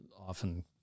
often